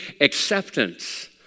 acceptance